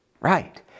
Right